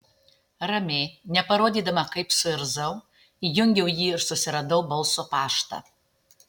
ramiai neparodydama kaip suirzau įjungiau jį ir susiradau balso paštą